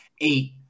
eight